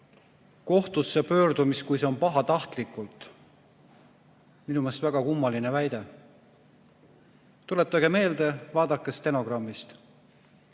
kohtusse pöördumist, kui see on pahatahtlik. Minu meelest väga kummaline väide. Tuletage meelde, vaadake stenogrammist.